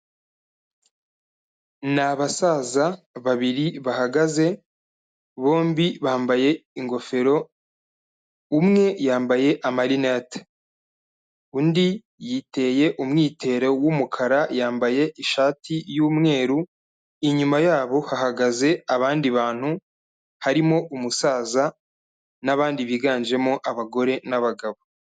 Ni abasaza babiri bahagaze, bombi bambaye ingofero, umwe yambaye amarinete. Undi yiteye umwitero w'umukara, yambaye ishati y'umweru, inyuma yabo hahagaze abandi bantu harimo umusaza n'abandi biganjemo abagore n'abagabo.